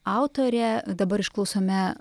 autorė dabar išklausome